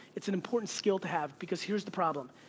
it's an important skill to have because here's the problem,